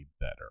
better